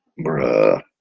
Bruh